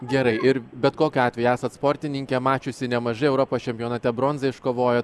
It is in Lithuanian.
gerai ir bet kokiu atveju esat sportininkė mačiusi nemažai europos čempionate bronzą iškovojot